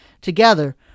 together